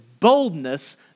Boldness